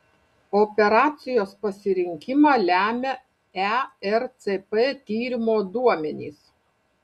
operacijos pasirinkimą lemia ercp tyrimo duomenys